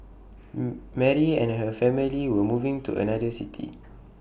Mary and her family were moving to another city